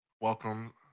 welcome